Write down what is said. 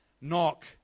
Knock